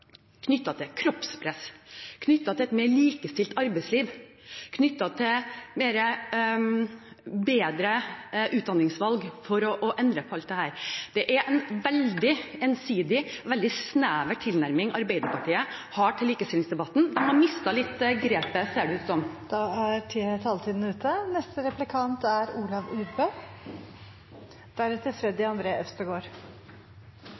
til kroppspress, knyttet til et mer likestilt arbeidsliv og knyttet til bedre utdanningsvalg for å endre på alt dette. Arbeiderpartiet har en veldig ensidig og snever tilnærming til likestillingsdebatten og har mistet litt grepet, ser det ut som.